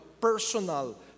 personal